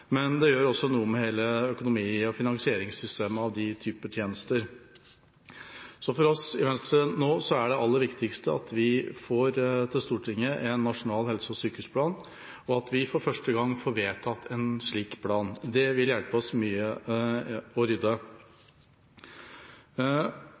gjør også noe med hele økonomi- og finansieringssystemet av den typen tjenester. For oss i Venstre er det aller viktigste nå at vi får en nasjonal helse- og sykehusplan til Stortinget, og at vi for første gang får vedtatt en slik plan. Det vil hjelpe oss mye i å rydde